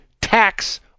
tax